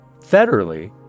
Federally